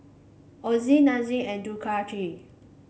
Ozi Nestum and Ducati